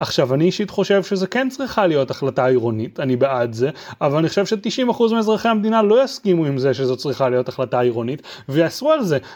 עכשיו, אני אישית חושב שזה כן צריכה להיות החלטה עירונית, אני בעד זה, אבל אני חושב ש-90% מאזרחי המדינה לא יסכימו עם זה שזו צריכה להיות החלטה עירונית, ויעשו על זה.